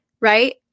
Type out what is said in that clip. Right